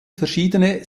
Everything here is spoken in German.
verschiedene